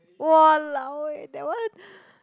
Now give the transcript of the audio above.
!walao! eh that one